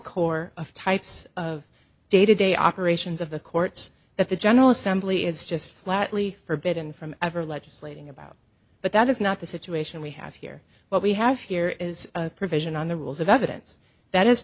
core of types of day to day operations of the courts that the general assembly is just flatly forbidden from ever legislating about but that is not the situation we have here what we have here is a provision on the rules of evidence that is